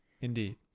Indeed